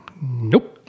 nope